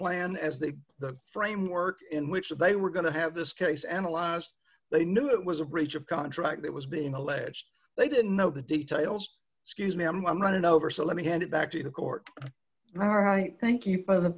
plan as they the framework in which they were going to have this case analyzed they knew it was a breach of contract that was being alleged they didn't know the details excuse me a minute over so let me hand it back to the court all right thank you for the